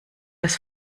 das